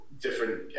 Different